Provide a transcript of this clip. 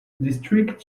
district